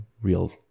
real